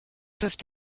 peuvent